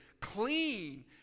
clean